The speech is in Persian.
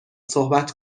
صحبت